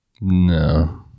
No